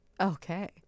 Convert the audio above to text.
okay